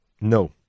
No